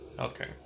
Okay